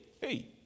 hey